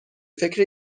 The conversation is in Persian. فکر